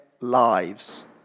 lives